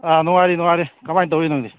ꯑꯥ ꯅꯨꯡꯉꯥꯏꯔꯤ ꯅꯨꯡꯉꯥꯏꯔꯤ ꯅꯪꯗꯤ ꯀꯃꯥꯏꯅ ꯇꯧꯔꯤ ꯅꯪꯗꯤ